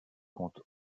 compte